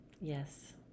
Yes